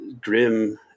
grim